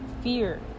fear